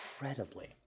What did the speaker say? incredibly